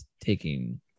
taking